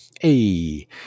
Hey